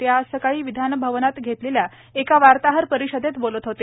ते आज सकाळी विधान भवनात घेतलेल्या एका वार्ताहर परिषदेत बोलत होते